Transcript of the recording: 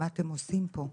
מה אתם עושים פה?